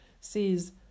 sees